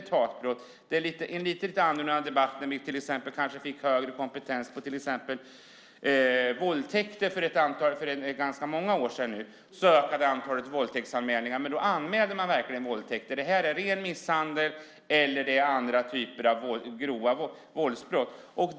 Därför blir det en lite annorlunda debatt än den som ledde till att vi fick högre kompetens om till exempel våldtäkter för ett antal år sedan. Då ökade antalet våldtäktsanmälningar, men då anmälde man verkligen våldtäkter. Här är det fråga om ren misshandel eller andra typer av grova våldsbrott.